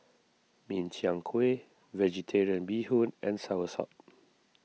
Min Chiang Kueh Vegetarian Bee Hoon and Soursop